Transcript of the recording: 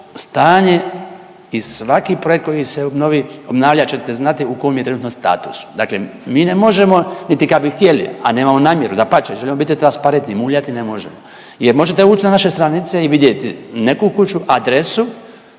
stanje i svaki projekt koji se obnovi, obnavlja ćete znati u kom je trenutno statusu. Dakle, mi ne možemo niti kad bi htjeli, a nemamo namjeru, dapače želimo biti transparentni, muljati ne možemo jer možete ući na naše stranice i vidjeti neku kuću, adresu